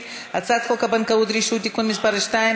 הצעת חוק הבנקאות (רישוי) (תיקון מס' 22),